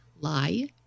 lie